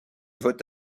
vote